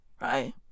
Right